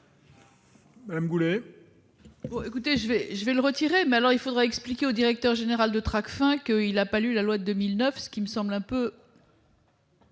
Madame Goulet,